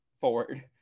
forward